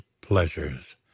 pleasures